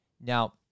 Now